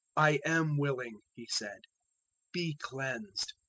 i am willing, he said be cleansed.